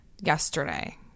yesterday